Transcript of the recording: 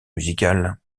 musicale